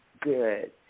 good